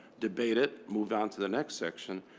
debate it, move on to the next section,